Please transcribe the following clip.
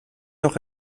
noch